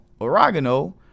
oregano